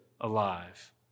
alive